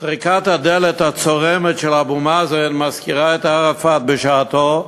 טריקת הדלת הצורמת של אבו מאזן מזכירה את ערפאת בשעתו,